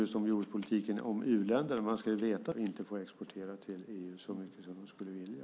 Man ska veta att länder som Ukraina också drabbas av detta och inte får exportera till EU som de skulle vilja.